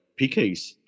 pks